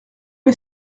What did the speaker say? est